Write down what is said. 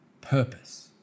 purpose